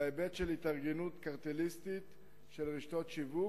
בהיבט של התארגנות קרטליסטית של רשתות שיווק,